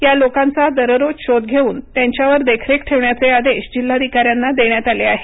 या लोकांचा दररोज शोध घेऊन त्यांच्यावर देखरेख ठेवण्याचे आदेश जिल्हाधिकाऱ्यांना देण्यात आले आहेत